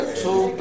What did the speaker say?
two